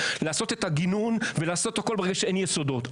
לעשות את הגינון ולעשות את הכול ברגע שאין יסודות.